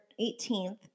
18th